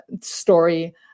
story